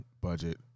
budget